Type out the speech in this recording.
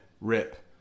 rip